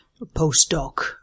postdoc